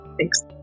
thanks